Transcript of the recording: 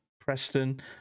preston